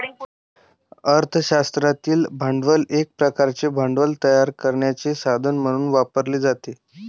अर्थ शास्त्रातील भांडवल एक प्रकारचे भांडवल तयार करण्याचे साधन म्हणून वापरले जाते